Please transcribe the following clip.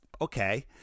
okay